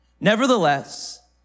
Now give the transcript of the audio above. Nevertheless